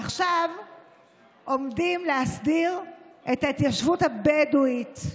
עכשיו עומדים להסדיר את ההתיישבות הבדואית,